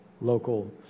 local